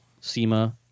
SEMA